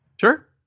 Sure